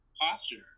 posture